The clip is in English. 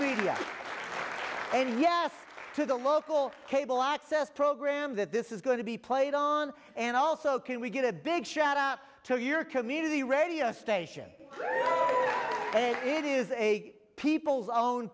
people and yes to the local cable access program that this is going to be played on and also can we get a big shout out to your community radio station it is a people's own